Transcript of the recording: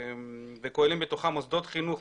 וכוללים בתוכם מוסדות חינוך,